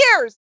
years